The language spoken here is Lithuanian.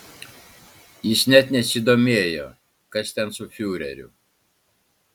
jis net nesidomėjo kas ten su fiureriu